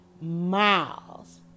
miles